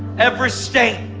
every stain.